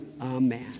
Amen